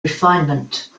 refinement